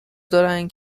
دارن